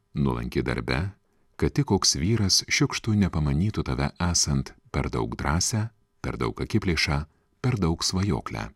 nuolanki darbe kad tik koks vyras šiukštu nepamanytų tave esant per daug drąsią per daug akiplėšą per daug svajoklę